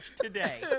today